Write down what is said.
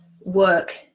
work